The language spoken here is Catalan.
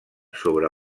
sobre